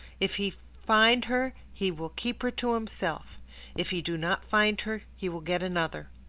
if he find her, he will keep her to himself if he do not find her he will get another.